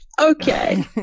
okay